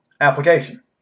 application